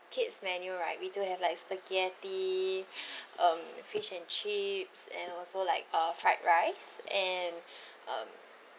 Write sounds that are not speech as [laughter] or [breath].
kids menu right we do have like spaghetti [breath] um fish and chips and also like uh fried rice and [breath] um